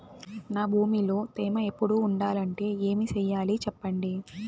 నా భూమిలో తేమ ఎప్పుడు ఉండాలంటే ఏమి సెయ్యాలి చెప్పండి?